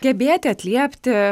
gebėti atliepti